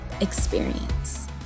Experience